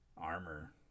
Armor